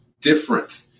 different